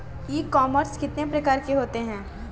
ई commerce कितने प्रकार के होते हैं?